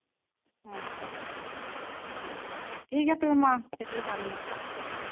ᱦᱮᱸ ᱛᱚ ᱴᱷᱤᱠ ᱜᱮᱭᱟ ᱴᱷᱤᱠ ᱜᱮᱭᱟ ᱛᱚᱵᱮ ᱥᱮᱴᱮᱨ ᱠᱟᱜ ᱢᱮ ᱦᱟᱸᱜ